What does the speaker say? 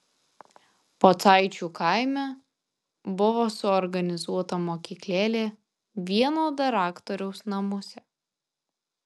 pocaičių kaime buvo suorganizuota mokyklėlė vieno daraktoriaus namuose